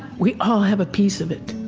we all have a piece of it.